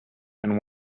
and